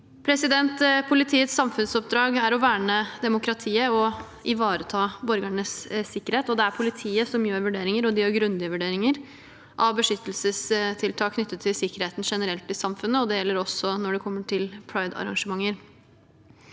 er å verne demokratiet og ivareta borgernes sikkerhet. Det er politiet som gjør grundige vurderinger av beskyttelsestiltak knyttet til sikkerheten generelt i samfunnet. Det gjelder også pride-arrangementer.